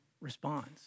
responds